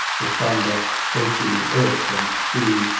the thunder shaking earth and sea,